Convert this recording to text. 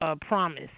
promise